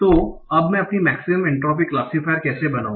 तो अब मैं अपनी मेक्सिमम एन्ट्रापी क्लासिफायर कैसे बनाऊं